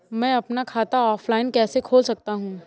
मैं अपना खाता ऑफलाइन कैसे खोल सकता हूँ?